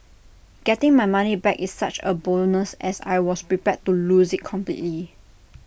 getting my money back is such A bonus as I was prepared to lose IT completely